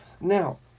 Now